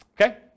Okay